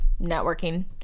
networking